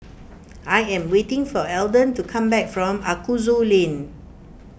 I am waiting for Elden to come back from Aroozoo Lane